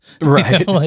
right